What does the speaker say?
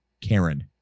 Karen